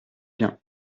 bien